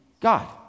God